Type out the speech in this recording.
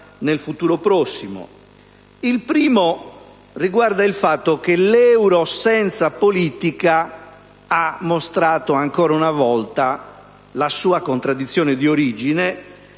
Il primo riguarda il fatto che l'euro senza politica ha mostrato ancora una volta la sua contraddizione di origine,